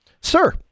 Sir